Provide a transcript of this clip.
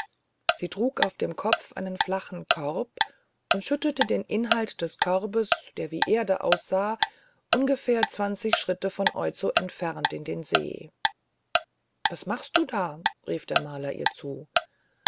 sie trug auf dem kopf einen flachen korb und schüttete den inhalt des korbes der wie erde aussah ungefähr zwanzig schritte von oizo entfernt in den see was machst du da rief der maler ihr zu